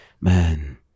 man